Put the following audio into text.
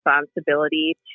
responsibility